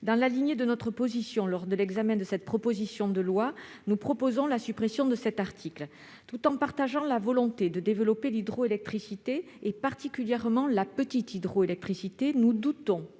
nous avons défendue lors de l'examen de cette proposition de loi, nous proposons la suppression de l'article 22 C. Tout en partageant la volonté de développer l'hydroélectricité, et particulièrement la petite hydroélectricité, nous doutons